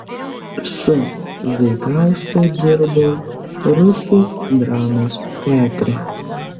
su zaikausku dirbau rusų dramos teatre